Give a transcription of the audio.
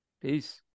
Peace